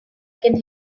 can